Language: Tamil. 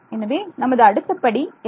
எனவே நமது அடுத்த படி என்ன